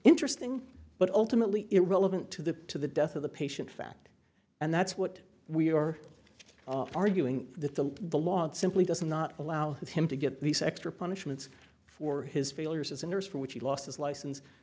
interesting but ultimately irrelevant to the the death of the patient fact and that's what we are arguing that the the law simply does not allow him to get these extra punishments for his failures as a nurse for which he lost his licen